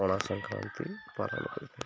ପଣା ସଂକ୍ରାନ୍ତି ପାଳନ କରିଥାଏ